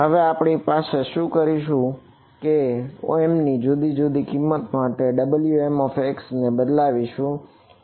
હવે આપણે શું કરશું કે m ની જુદી જુદી કિંમત માટે Wmx ને બદલાવીશું